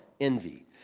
envy